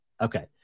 Okay